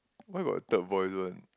why got a third voice one